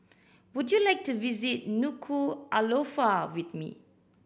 would you like to visit Nuku'alofa with me